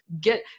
get